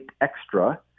extra